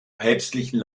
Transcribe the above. päpstlichen